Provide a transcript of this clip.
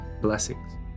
Blessings